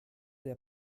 der